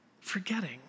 forgetting